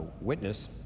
witness